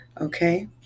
Okay